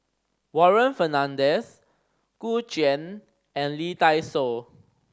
Warren Fernandez Gu Juan and Lee Dai Soh